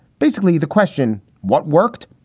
basically the question, what worked?